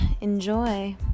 Enjoy